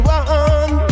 one